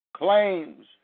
Claims